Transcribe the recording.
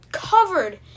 covered